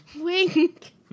Wink